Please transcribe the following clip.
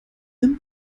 ihm